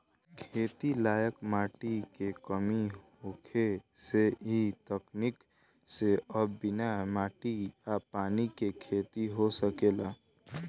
खेती लायक माटी के कमी होखे से इ तकनीक से अब बिना माटी आ पानी के खेती हो सकेला